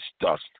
dust